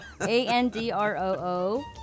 A-N-D-R-O-O